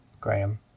graham